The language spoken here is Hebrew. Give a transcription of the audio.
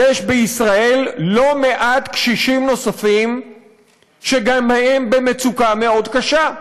יש בישראל לא מעט קשישים נוספים שגם הם במצוקה מאוד קשה.